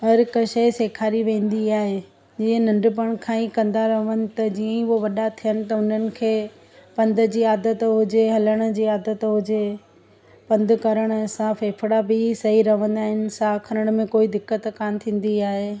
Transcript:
हर हिक शइ सेखारी वेंदी आहे जीअं नंढपण खां ई कंदा रहनि त जीअं ई उहे वॾा थियनि त उन्हनि खे पंध जी आदत हुजे हलण जी आदत हुजे पंधु करण सां फेफड़ा बि सही रहंदा आहिनि साह खरण में कोई दिक़त कान थींदी आहे